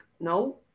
no